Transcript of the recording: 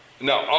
No